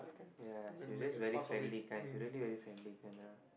ya she just very friendly kind she really friendly kind lah